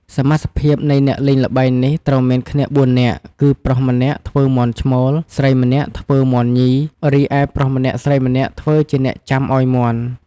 សមាសភាពនៃអ្នកលេងល្បែងនេះត្រូវមានគ្នាបួននាក់ គឺប្រុសម្នាក់ធ្វើមាន់ឈ្មោល ស្រីម្នាក់ធ្វើមាន់ញី រីឯប្រុសម្នាក់ស្រីម្នាក់ធ្វើជាអ្នកចាំឲ្យមាន់ ។